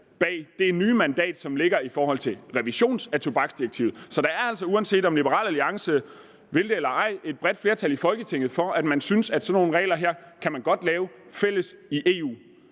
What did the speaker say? bag det nye mandat, som ligger i forhold til en revision af tobaksdirektivet. Så der er altså, uanset om Liberal Alliance vil det eller ej, et bredt flertal i Folketinget for at synes, at sådan nogle regler her kan man godt lave i fællesskab i EU.